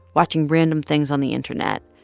watching random things on the internet,